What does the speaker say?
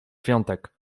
świątek